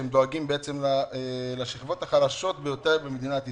אותו מגזר שדואג לשכבות החלשות ביותר במדינת ישראל.